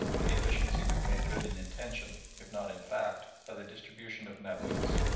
the deficiency was made good in intention, if not in fact, by the distribution of naboots,